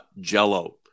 Jello